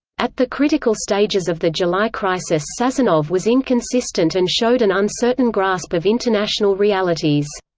at the critical stages of the july crisis sazonov was inconsistent and showed an uncertain grasp of international realities.